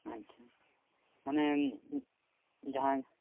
ᱟᱪᱪᱷᱟ ᱢᱟᱱᱮ ᱡᱟᱦᱟᱸ